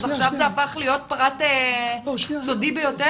אז עכשיו זה הפך להיות פרט סודי ביותר?